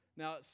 Now